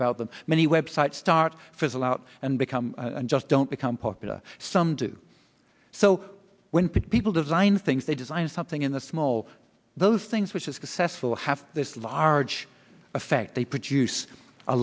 about them many websites start fizzle out and become just don't become popular some do so when people design things they design something in the small those things which is a sessile have this large effect they produce a